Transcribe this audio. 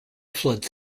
floods